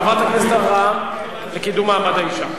חברת הכנסת אברהם, לקידום מעמד האשה.